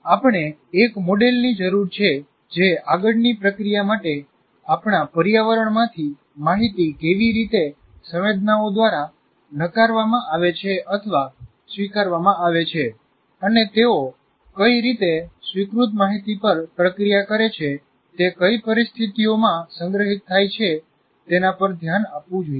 આપણે એક મોડેલની જરૂર છે જે આગળની પ્રક્રિયા માટે આપણા પર્યાવરણમાંથી માહિતી કેવી રીતે સંવેદનાઓ દ્વારા નકારવામાં આવે છે અથવા સ્વીકારવામાં આવે છે અને તેઓ કઈ રીતે સ્વીકૃત માહિતી પર પ્રક્રિયા કરે છે તે કઈ પરિસ્થિતિઓમાં સંગ્રહિત થાય છે તેના પર ધ્યાન આપવું જોઈએ